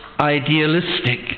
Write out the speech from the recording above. idealistic